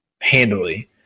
handily